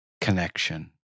connection